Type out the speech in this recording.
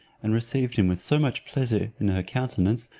and received him with so much pleasure in her countenance,